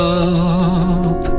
up